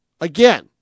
again